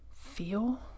feel